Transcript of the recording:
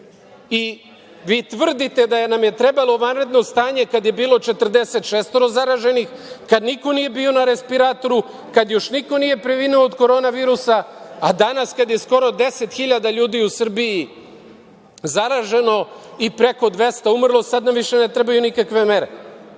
i vi tvrdite da nam je trebalo vanredno stanje kad je bilo 46 zaraženih, kad niko nije bio na respiratoru, kad još niko nije preminuo od koronavirusa, a danas kad je skoro 10.000 ljudi u Srbiji zaraženo i preko 200 umrlih, sad nam više ne trebaju nikakve mere.U